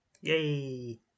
Yay